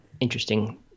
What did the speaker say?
interesting